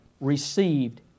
received